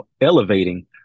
elevating